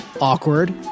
awkward